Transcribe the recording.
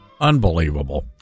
Unbelievable